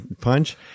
Punch